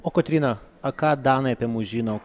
o kotryna a ką danai apie mus žino